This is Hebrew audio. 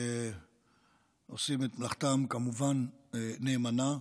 שעושים את מלאכתם כמובן נאמנה.